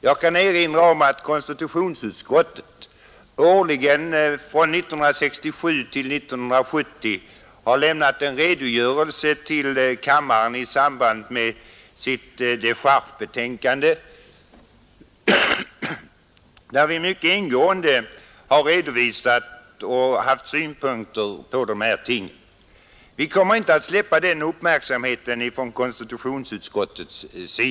Jag kan erinra om att konstitutionsutskottet årligen från 1967 till 1970 lämnade en redogörelse till riksdagens kamrar i samband med sitt dechargebetänkande, där vi mycket ingående redovisade våra synpunkter på de här tingen. Konstitutionsutskottet kommer inte att släppa den uppmärksam heten.